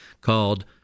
called